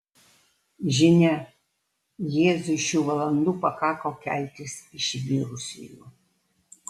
žinia jėzui šių valandų pakako keltis iš mirusiųjų